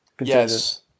Yes